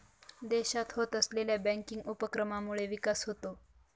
देशात होत असलेल्या बँकिंग उपक्रमांमुळे विकास होतो